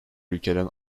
ülkeden